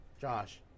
Josh